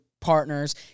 partners